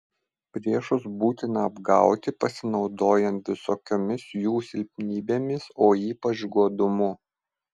priešus būtina apgauti pasinaudojant visokiomis jų silpnybėmis o ypač godumu